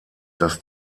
dass